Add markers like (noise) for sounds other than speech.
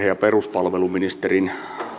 (unintelligible) ja peruspalveluministerin